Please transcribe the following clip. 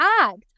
act